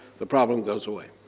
the problem goes away.